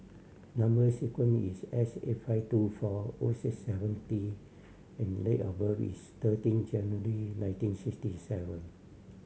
number sequence is S eight five two four O six seven T and date of birth is thirteen January nineteen sixty seven